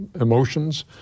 emotions